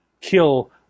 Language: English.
kill